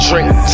Drink